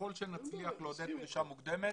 ככל שנצליח לעודד פרישה מוקדמת